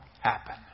happen